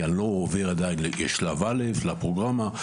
כי אני לא עובר עדיין לשלב א' לפרוגרמה.